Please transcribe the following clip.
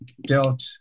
dealt